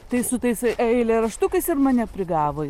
tai su tais eilėraštukais ir mane prigavo